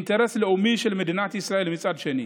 אינטרס לאומי של מדינת ישראל, מצד שני.